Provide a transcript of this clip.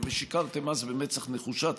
ושיקרתם אז במצח נחושה.